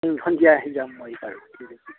সন্ধিয়া আহি যাম মই বাৰু ঠিক আছে